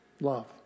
Love